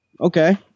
Okay